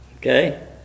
Okay